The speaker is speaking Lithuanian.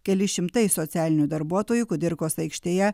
keli šimtai socialinių darbuotojų kudirkos aikštėje